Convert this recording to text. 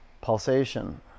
pulsation